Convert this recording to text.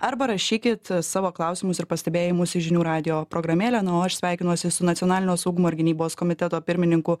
arba rašykit savo klausimus ir pastebėjimus į žinių radijo programėlę na o aš sveikinuosi su nacionalinio saugumo ir gynybos komiteto pirmininku